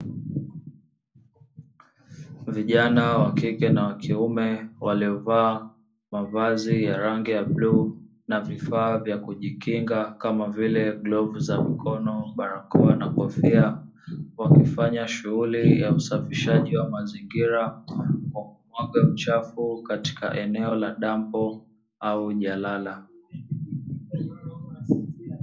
Vijana wa kike na wa kiume waliovaa mavazi ya rangi ya bluu na vifaa vya kujikinga kama vile glavu za mikono, barakoa na guwafia wakifanya shughuli ya usafishaji wa mazingira wakimwaga uchafu katika eneo la dampo au jalala.